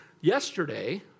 yesterday